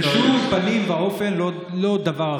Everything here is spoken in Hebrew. אבל בשום פנים, בשום פנים ואופן לא דבר אחר.